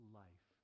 life